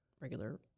regular